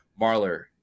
Marler